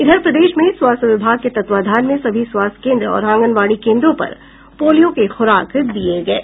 इधर प्रदेश में स्वास्थ्य विभाग के तत्वावधान में सभी स्वास्थ्य केन्द्र और आंगनबाड़ी केन्द्रों पर पोलियो के खुराक दिये गये